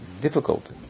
difficult